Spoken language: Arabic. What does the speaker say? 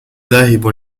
ذاهب